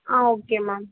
ah okay ma'am